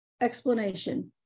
explanation